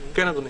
כן, אדוני.